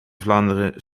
vlaanderen